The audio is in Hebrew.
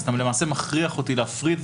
אז אתה למעשה מכריח אותי להפריד את